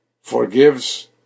forgives